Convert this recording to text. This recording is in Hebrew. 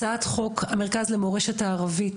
הצעת חוק המרכז למורשת הערבים